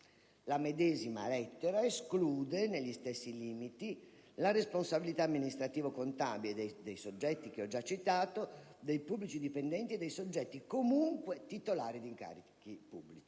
La medesima lettera esclude negli stessi limiti la responsabilità amministrativo-contabile dei soggetti citati, dei pubblici dipendenti e dei soggetti comunque titolari di incarichi pubblici.